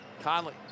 Conley